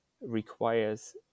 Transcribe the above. requires